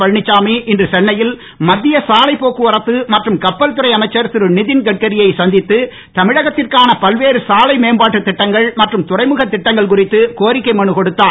பழனிச்சாமி இன்று சென்னையில் மத்திய சாலை போக்குவரத்து மற்றும் கப்பல் துறை அமைச்சர் திரு நிதின்கட்காரியை சந்தித்து பல்வேறு தமிழகத்திற்கான மற்றும் துறைமுகத்திட்டங்கள் குறித்து கோரிக்கை மனு கொடுத்தார்